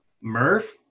Murph